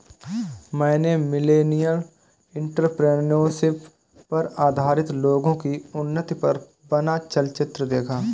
मैंने millennial entrepreneurship पर आधारित लोगो की उन्नति पर बना चलचित्र देखा